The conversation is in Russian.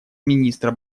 министра